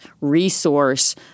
resource